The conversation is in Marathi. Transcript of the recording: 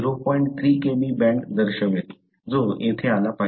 3 Kb बँड दर्शवेल जो येथे आला पाहिजे